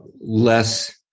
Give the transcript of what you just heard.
less